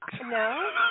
No